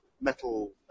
metal